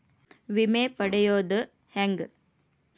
ವಿಮೆ ಪಡಿಯೋದ ಹೆಂಗ್?